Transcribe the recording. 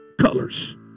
colors